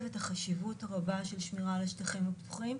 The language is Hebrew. את החשיבות הרבה של שמירת השטחים הפתוחים,